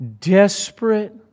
desperate